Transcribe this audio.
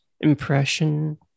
impression